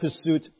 pursuit